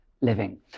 living